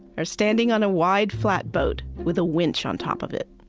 are standing on a wide, flatboat with a winch on top of it.